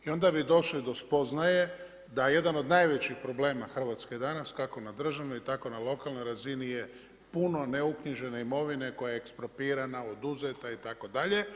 I onda bi došli do spoznaje, da je jedan od najvećih problema Hrvatske danas, kako na državnoj, tako na lokalnoj razini je puno neuknjižene imovine, koja je eksploatirana, oduzeta itd.